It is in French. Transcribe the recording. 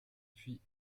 puis